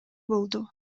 болду